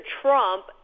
Trump